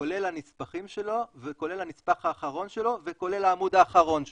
כולל הנספחים שלו וכולל הנספח האחרון שלו וכולל העמוד האחרון שלו.